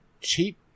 cheap